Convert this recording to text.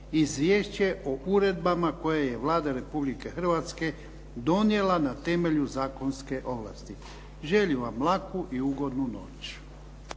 Izvješće o uredbama koje je Vlada Republike Hrvatske donijela na temelju zakonske ovlasti. Želim vam laku i ugodnu noć.